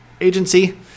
Agency